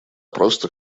просто